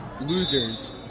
losers